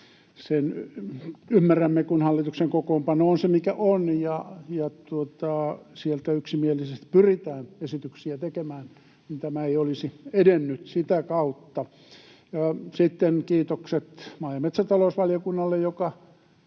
sen ymmärrämme, kun hallituksen kokoonpano on se, mikä on, ja kun sieltä yksimielisesti pyritään esityksiä tekemään, niin tämä ei olisi edennyt sitä kautta. Sitten kiitokset maa- ja metsätalousvaliokunnalle, joka